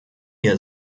wir